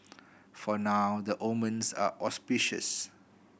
for now the omens are auspicious